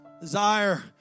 Desire